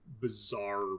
Bizarre